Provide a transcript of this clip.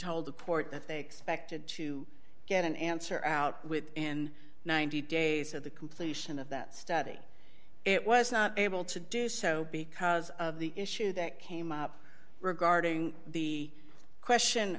told the court that they expected to get an answer out within ninety days of the completion of that study it was not able to do so because of the issue that came up regarding the question